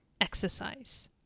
exercise